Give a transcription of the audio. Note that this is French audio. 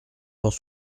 dans